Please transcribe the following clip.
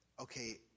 Okay